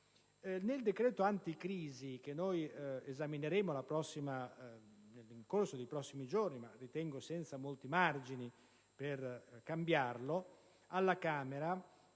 Nel decreto anticrisi che esamineremo nel corso dei prossimi giorni - ritengo senza molti margini per cambiarlo - la maggioranza